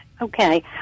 Okay